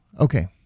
okay